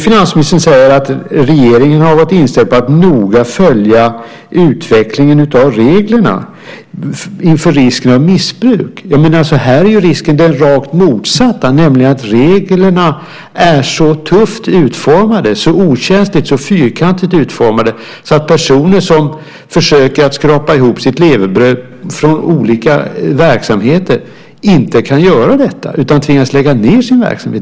Finansministern säger att regeringen har varit inställd på att noga följa utvecklingen av reglerna inför risken av missbruk. Risken här är den rakt motsatta, nämligen att reglerna är så tufft utformade, så okänsligt och fyrkantigt utformade att personer som försöker skrapa ihop sitt levebröd från olika verksamheter inte kan göra detta utan tvingas lägga ned sin verksamhet.